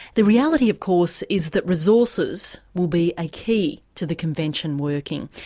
the reality of course is that resources will be a key to the convention working.